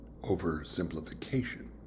Oversimplification